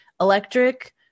electric